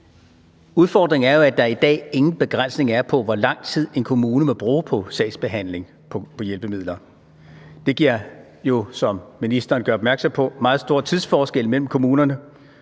Udfordringen er jo, at der i dag ingen begrænsning er på, hvor lang tid en kommune må bruge på sagsbehandling om hjælpemidler. Det giver jo, som ministeren gør opmærksom på, meget store tidsforskelle mellem kommunerne,